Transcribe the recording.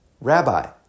Rabbi